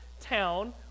town